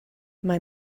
mae